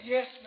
Yes